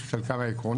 מבוססת על כמה עקרונות: